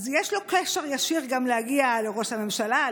אז יש לו קשר ישיר גם להגיע לראש הממשלה,